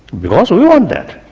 because we want that.